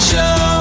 Show